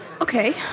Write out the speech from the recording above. Okay